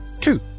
Two